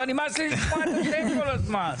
כבר נמאס לי לשמוע את זה כל הזמן.